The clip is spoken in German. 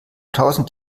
tausend